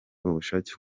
ubushake